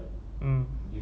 mm